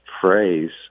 phrase